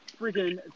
freaking